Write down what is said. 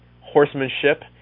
horsemanship